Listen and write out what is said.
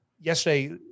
Yesterday